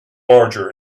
larger